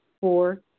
Four